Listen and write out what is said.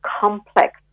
complex